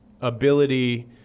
ability